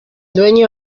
dueño